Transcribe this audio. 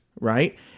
right